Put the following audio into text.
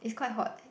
it's quite hot